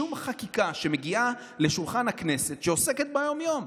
שום חקיקה שמגיעה לשולחן הכנסת, שעוסקת ביום-יום.